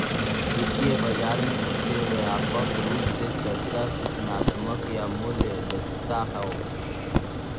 वित्तीय बाजार में सबसे व्यापक रूप से चर्चा सूचनात्मक या मूल्य दक्षता हौ